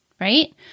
right